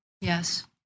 Yes